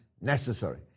necessary